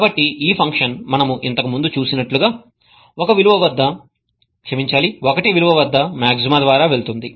కాబట్టి ఈ ఫంక్షన్ మనము ఇంతకు ముందు చూసినట్లుగా 1 విలువ వద్ద మాగ్జిమా ద్వారా వెళుతుంది